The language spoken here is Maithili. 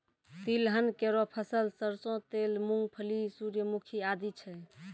तिलहन केरो फसल सरसों तेल, मूंगफली, सूर्यमुखी आदि छै